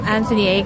Anthony